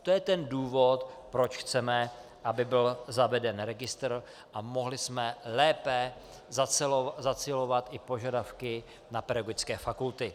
To je ten důvod, proč chceme, aby byl zaveden registr a mohli jsme lépe zacílit i požadavky na pedagogické fakulty.